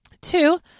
Two